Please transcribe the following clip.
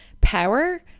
power